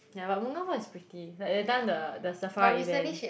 yeah but mongabong is pretty like that time the the Safra event